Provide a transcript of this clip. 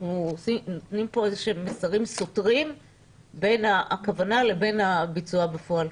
אנחנו נותנים פה מסרים סותרים בין הכוונה לבין הביצוע בפועל.